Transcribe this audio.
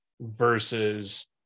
versus